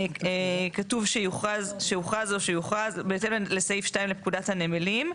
כתוב שהוכרז או שיוכרז בהתאם לסעיף 2 לפקודת הנמלים.